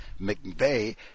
McVeigh